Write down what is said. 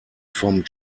vom